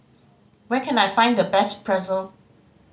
where can I find the best Pretzel